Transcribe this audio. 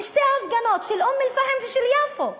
בשתי ההפגנות של אום-אלפחם ושל יפו.